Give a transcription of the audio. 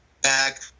back